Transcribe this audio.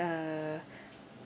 uh